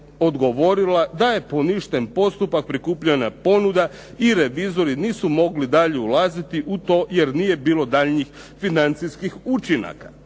odgovorila da je poništen postupak prikupljanja ponuda i revizori nisu mogli dalje ulaziti u to jer nije bilo daljnjih financijskih učinaka.